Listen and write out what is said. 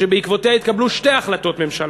שבעקבותיה התקבלו שתי החלטות ממשלה,